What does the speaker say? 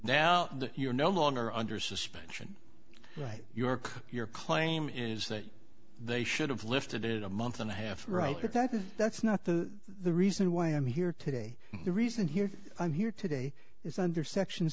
now that you're no longer under suspension right york your claim is that they should have lifted it a month and a half right but that is that's not the the reason why i'm here today the reason here i'm here today is under section